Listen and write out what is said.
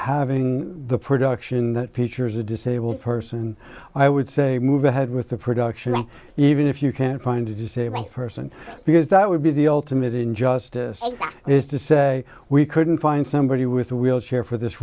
having the production that features a disabled person i would say move ahead with the production even if you can't find a disabled person because that would be the ultimate injustice is to say we couldn't find somebody with a wheelchair for this